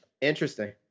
interesting